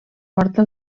porta